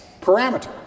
parameter